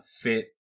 fit